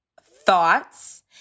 thoughts